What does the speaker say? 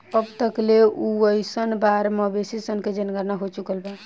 अब तक ले उनऽइस बार मवेशी सन के जनगणना हो चुकल बा